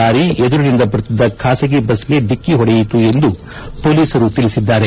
lorry ಎದುರಿನಿಂದ ಬರುತ್ತಿದ್ದ ಖಾಸಗಿ ಬಸ್ಗೆ ಡಿಕ್ಕಿ ಹೊಡೆಯಿತು ಎಂದು ಪೊಲೀಸರು ತಿಳಿಸಿದ್ದಾರೆ